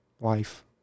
life